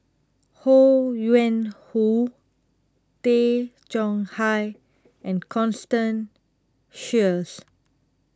Ho Yuen Hoe Tay Chong Hai and Constance Sheares